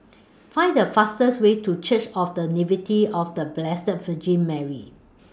Find The fastest Way to Church of The Nativity of The Blessed Virgin Mary